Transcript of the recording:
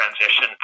transition